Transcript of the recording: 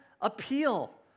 appeal